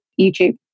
YouTube